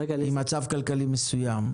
עם מצב כלכלי מסוים,